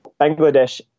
Bangladesh